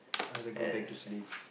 I like go back to sleep